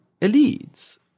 elites